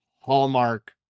hallmark